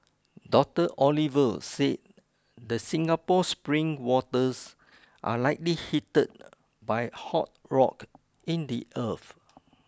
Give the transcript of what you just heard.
Doctor Oliver said the Singapore spring waters are likely heat by hot rock in the earth